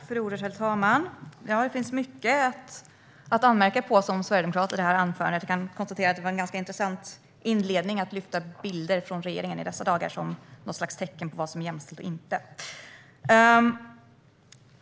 Herr talman! Som sverigedemokrat har jag mycket att anmärka på i anförandet. Jag kan konstatera att det var en ganska intressant inledning att lyfta fram bilder från regeringen i dessa dagar som något slags tecken på vad som är jämställt och inte.